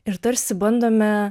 ir tarsi bandome